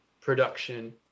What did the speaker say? production